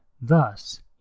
thus